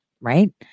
Right